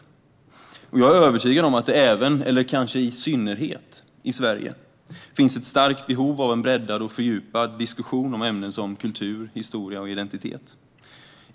Jag är övertygad om att det även, eller kanske i synnerhet, i Sverige finns ett starkt behov av en breddad och fördjupad diskussion om ämnen som kultur, historia och identitet.